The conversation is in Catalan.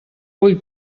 ull